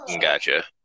Gotcha